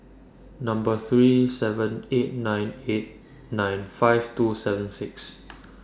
three seven eight nine eight nine five two seven six